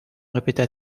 répéta